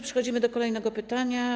Przechodzimy do kolejnego pytania.